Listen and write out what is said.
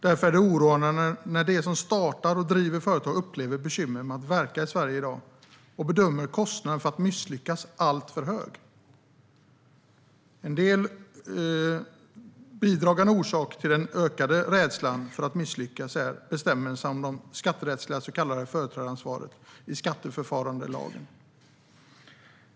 Därför är det oroande när de som startar och driver företag upplever bekymmer med att verka i Sverige i dag och bedömer kostnaden för att misslyckas som alltför hög. En bidragande orsak till den ökade rädslan för att misslyckas är bestämmelsen om det skatterättsliga så kallade företrädaransvaret i skatteförfarandelagen.